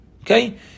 Okay